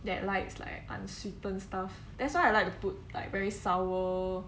that likes like unsweetened stuff that's why I like to put like very sour